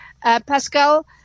Pascal